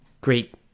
great